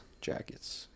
jackets